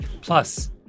Plus